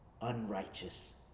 unrighteous